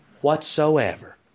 whatsoever